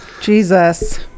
Jesus